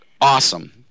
awesome